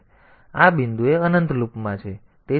તેથી તે આ બિંદુએ અનંત લૂપમાં છે